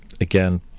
again